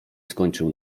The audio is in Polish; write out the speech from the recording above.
skończył